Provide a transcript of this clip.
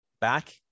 Back